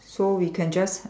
so we can just